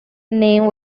name